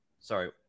sorry